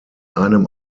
einem